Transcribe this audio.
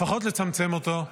לפחות לצמצם אותו,